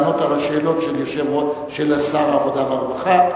לענות על השאלות לשר העבודה והרווחה,